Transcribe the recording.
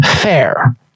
fair